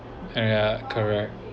ah ya correct